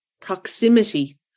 proximity